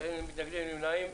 אין מתנגדים, אין נמנעים.